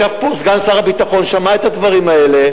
ישב פה סגן שר הביטחון, שמע את הדברים האלה.